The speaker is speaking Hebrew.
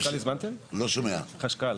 הזמנתם מישהו מהחשכ"ל?